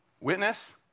Witness